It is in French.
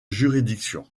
juridiction